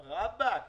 ראבק,